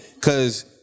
Cause